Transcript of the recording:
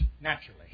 naturally